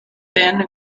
thin